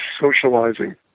socializing